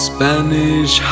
Spanish